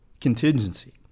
contingency